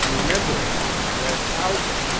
and remembering that housing